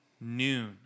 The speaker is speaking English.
noon